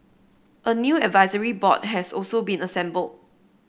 a new advisory board has also been assembled